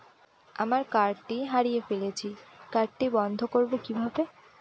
আমার কার্ডটি হারিয়ে ফেলেছি কার্ডটি বন্ধ করব কিভাবে?